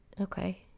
Okay